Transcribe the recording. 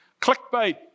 Clickbait